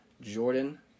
Jordan